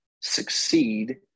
succeed